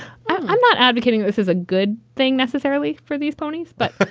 i'm not advocating this is a good thing necessarily for these ponies, but